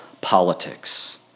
politics